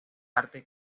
arte